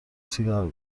سیگار